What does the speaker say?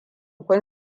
kun